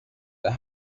that